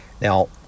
Now